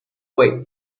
way